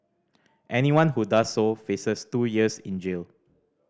anyone who does so faces two years in jail